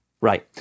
right